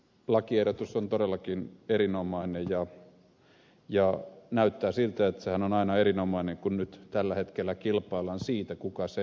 lakiehdotus on todellakin erinomainen ja näyttää siltä että sehän on aina erinomainen kun tällä hetkellä kilpaillaan siitä kuka sen keksi